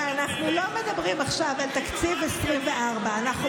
הרי אנחנו לא מדברים עכשיו על תקציב 2024. אנחנו